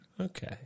Okay